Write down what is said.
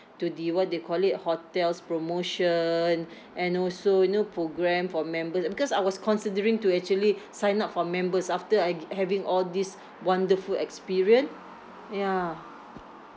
to the what they call it hotels promotion and also you know programme for members because I was considering to actually sign up for members after I having all these wonderful experience ya